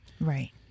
Right